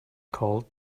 called